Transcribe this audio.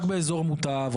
רק באזור מוטב.